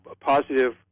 Positive